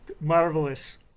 marvelous